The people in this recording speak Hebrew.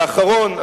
ואחרון,